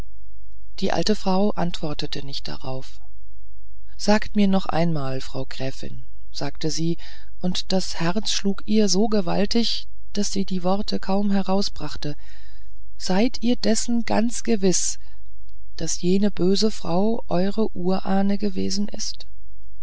die alte frau antwortete nicht darauf sagt mir noch einmal frau gräfin sagte sie und das herz schlug ihr so gewaltig daß sie die worte kaum herausbrachte seid ihr dessen ganz gewiß daß jene böse frau eure urahne gewesen ist